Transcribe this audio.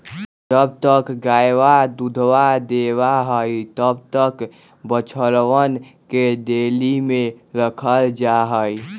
जब तक गयवा दूधवा देवा हई तब तक बछड़वन के डेयरी में रखल जाहई